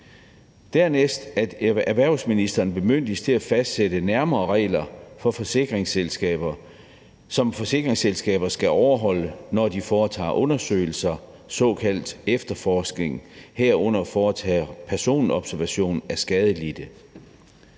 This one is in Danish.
Dernæst skal erhvervsministeren bemyndiges til at fastsætte nærmere regler for forsikringsselskaber, som forsikringsselskaber skal overholde, når de foretager undersøgelser, såkaldt efterforskning, herunder foretager personobservation af skadelidte.